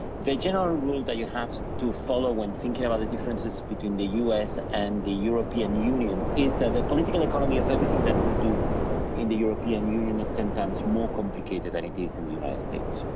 the general rule that you have to follow when thinking about the differences between the us and the european union is that the political economy of everything that we do in the european union is ten times more complicated than it is in the united states,